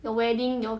the wedding 有